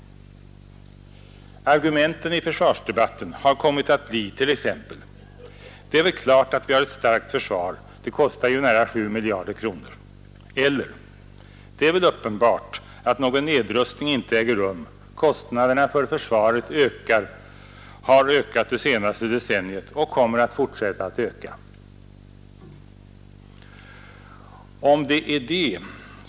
Argumenten i försvarsdebatten har kommit att bli t.ex.: ”Det är väl klart att vi har ett starkt försvar, det kostar ju nära 7 miljarder kronor” eller ”det är väl uppenbart att någon nedrustning inte äger rum, kostnaderna för försvaret har ökat det senaste decenniet och kommer att fortsätta att öka”.